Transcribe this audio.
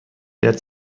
der